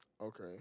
Okay